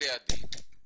בבתי הדין,